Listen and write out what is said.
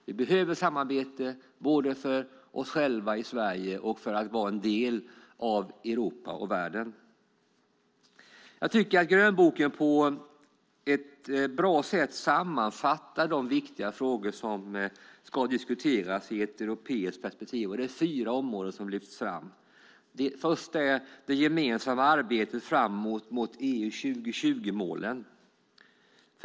Vi behöver samarbete både för oss själva i Sverige och för att vara en del av Europa och världen. Jag tycker att grönboken på ett bra sätt sammanfattar de viktiga frågor som ska diskuteras i ett europeiskt perspektiv. Det är fyra områden som lyfts fram. Det första är det gemensamma arbetet framåt mot EU 2020-målen.